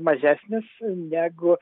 mažesnis negu